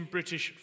British